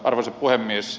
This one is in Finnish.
arvoisa puhemies